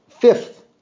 fifth